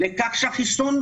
לכך שהחיסון,